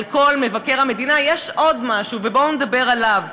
על מבקר המדינה, יש עוד משהו ובואו נדבר עליו: